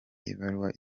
ibaruwa